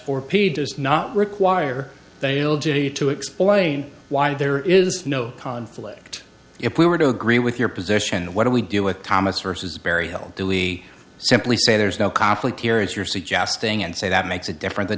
for pete does not require dale judy to explain why there is no conflict if we were to agree with your position what do we do with thomas versus barry hill billy simply say there's no conflict here as you're suggesting and say that makes it different than